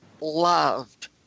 loved